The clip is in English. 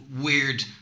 weird